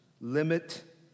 limit